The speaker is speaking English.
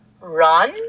Run